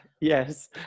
yes